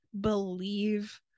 believe